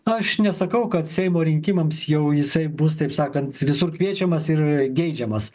aš nesakau kad seimo rinkimam jau jisai bus taip sakant visur kviečiamas ir geidžiamas